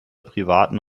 privaten